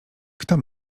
kto